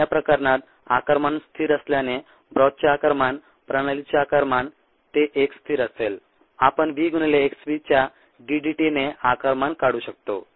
आणि या प्रकरणात आकारमान स्थिर असल्याने ब्रॉथचे आकारमान प्रणालीचे आकारमान ते एक स्थिर असेल आपण V गुणिले xv च्या d dt ने आकारमान काढू शकतो